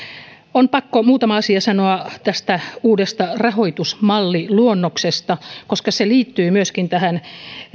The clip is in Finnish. on pakko muutama asia sanoa tästä uudesta rahoitusmalliluonnoksesta koska se liittyy myöskin tähän